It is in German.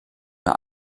mehr